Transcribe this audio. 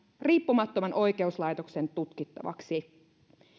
riippumattoman oikeuslaitoksen tutkittavaksi